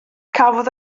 cafodd